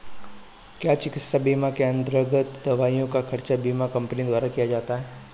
क्या चिकित्सा बीमा के अन्तर्गत दवाइयों का खर्च बीमा कंपनियों द्वारा दिया जाता है?